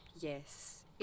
Yes